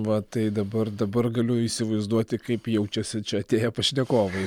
va tai dabar dabar galiu įsivaizduoti kaip jaučiasi čia atėję pašnekovai